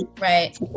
Right